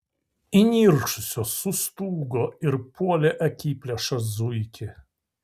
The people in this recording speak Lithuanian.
įniršusios sustūgo ir puolė akiplėšą zuikį